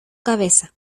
cabeza